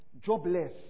jobless